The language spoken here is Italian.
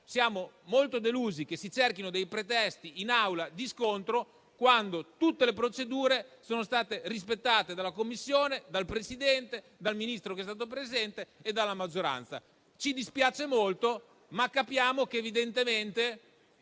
siamo molto delusi che si cerchino dei pretesti di scontro in Assemblea quando tutte le procedure sono state rispettate dalla Commissione, dal Presidente, dal Ministro che è stato presente e dalla maggioranza. Ci dispiace molto, ma capiamo che evidentemente